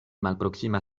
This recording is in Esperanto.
malproksima